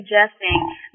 suggesting